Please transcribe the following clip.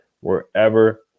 wherever